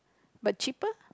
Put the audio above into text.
but cheaper